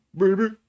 baby